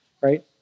right